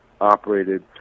operated